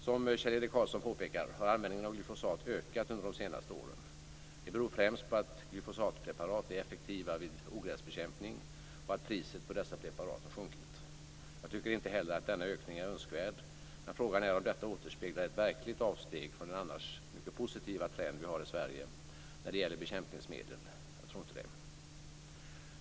Som Kjell-Erik Karlsson påpekar har användningen av glyfosat ökat under de senaste åren. Det beror främst på att glyfosatpreparat är effektiva vid ogräsbekämpning och att priset på dessa preparat sjunkit. Jag tycker inte heller att denna ökning är önskvärd, men frågan är om detta återspeglar ett verkligt avsteg från den annars mycket positiva trend vi har i Sverige när det gäller bekämpningsmedel. Jag tror inte det.